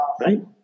right